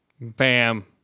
Bam